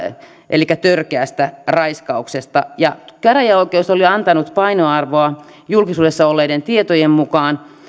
elikkä törkeästä raiskauksesta ja käräjäoikeus oli antanut painoarvoa julkisuudessa olleiden tietojen mukaan